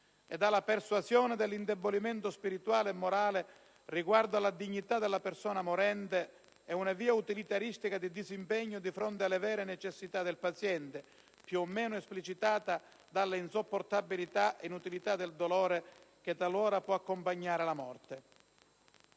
dalla persuasione dell'indebolimento spirituale e morale riguardo alla dignità della persona morente e una via utilitarista di disimpegno di fronte alle vere necessità del paziente, più o meno esplicitate, legate all'insopportabilità e inutilità del dolore che può talora accompagnare la morte.